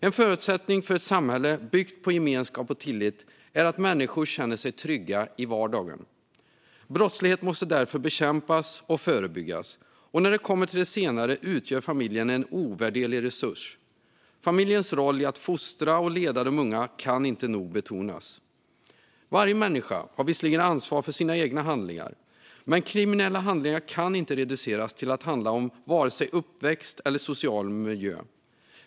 En förutsättning för ett samhälle byggt på gemenskap och tillit är att människor känner sig trygga i vardagen. Brottslighet måste därför bekämpas och förebyggas. När det kommer till det senare utgör familjen en ovärderlig resurs. Familjens roll i att fostra och leda de unga kan inte nog betonas. Varje människa har visserligen ansvar för sina egna handlingar, men kriminella handlingar kan inte reduceras till att handla om vare sig uppväxt eller social miljö.